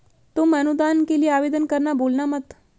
तुम अनुदान के लिए आवेदन करना भूलना मत